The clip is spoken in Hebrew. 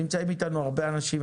נמצאים איתנו הרבה אנשים,